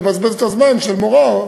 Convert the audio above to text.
לבזבז את הזמן של מורה,